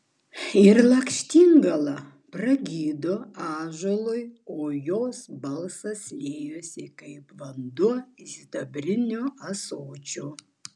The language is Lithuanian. ir lakštingala pragydo ąžuolui o jos balsas liejosi kaip vanduo iš sidabrinio ąsočio